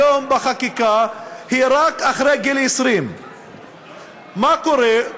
היום בחקיקה היא רק אחרי גיל 20. מה קורה?